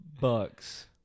bucks